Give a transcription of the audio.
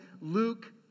Luke